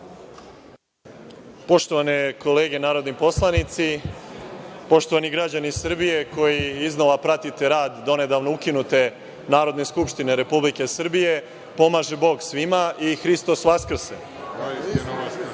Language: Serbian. Poštovane kolege narodni poslanici, poštovani građani Srbije, koji iznova pratite rad do nedavno ukinute Narodne skupštine Republike Srbije, pomaže Bog svima i Hristos Vaskrse. Mislim da